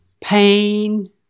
pain